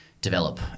develop